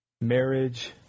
marriage